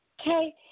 Okay